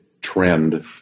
trend